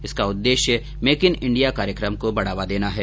इसका उद्देश्य make in India कार्यक्रम को बढ़ावा देना है